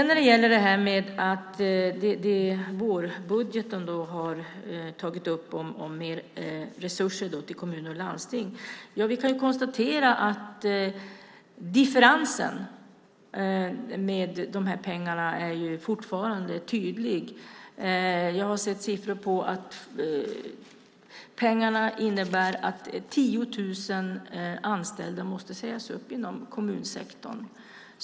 När det gäller att man i vårbudgeten föreslår mer resurser till kommuner och landsting kan vi konstatera att differensen i fråga om dessa pengar fortfarande är tydlig. Jag har sett uppgifter om att pengarna innebär att 10 000 anställda måste sägas upp inom kommunsektorn.